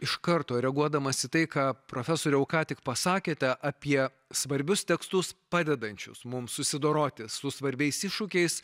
iš karto reaguodamas į tai ką profesoriau ką tik pasakėte apie svarbius tekstus padedančius mums susidoroti su svarbiais iššūkiais